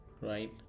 right